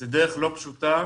זאת דרך לא פשוטה,